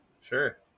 sure